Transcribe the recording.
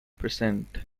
precinct